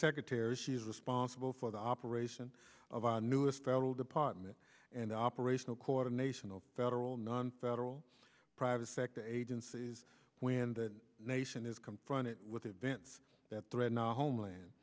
secretary she is responsible for the operation of our newest federal department and operational coordination of federal nonfederal private sector agencies when the nation is confronted with events that threaten our homeland